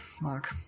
Mark